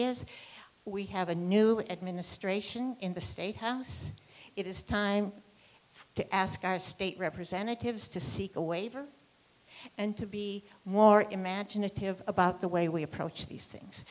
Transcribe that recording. is we have a new administration in the state house it is time to ask our state representatives to seek a waiver and to be more imaginative about the way we approach these things